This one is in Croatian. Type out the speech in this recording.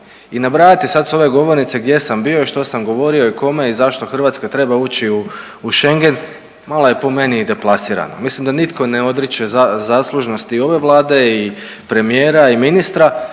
I nabrajati sad sa ove govornice gdje sam bio i što sam govorio i kome i zašto Hrvatska treba ući u Schengen malo je po meni i deplasirano. Mislim da nitko ne odriče zaslužnosti i ove Vlade i premijera i ministra,